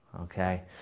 Okay